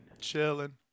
Chilling